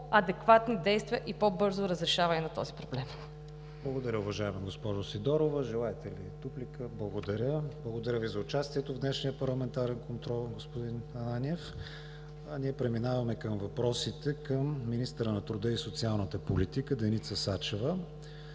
по-адекватни действия и по бързо разрешаване на този проблем. ПРЕДСЕДАТЕЛ КРИСТИАН ВИГЕНИН: Благодаря, уважаема госпожо Сидорова. Желаете ли дуплика? Благодаря Ви за участието в днешния парламентарен контрол, господин Ананиев. Ние преминаваме на въпросите към министъра на труда и социалната политика Деница Сачева.